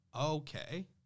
Okay